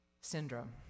syndrome